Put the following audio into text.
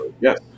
Yes